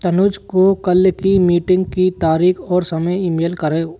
तनुज को कल की मीटिंग की तारीख़ और समय ईमेल करें